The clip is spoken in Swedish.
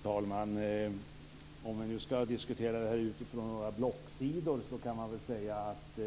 Fru talman! Om vi skall diskutera detta utifrån olika blocksidor kan man väl säga att